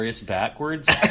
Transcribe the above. Backwards